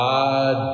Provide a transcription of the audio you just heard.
God